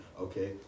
Okay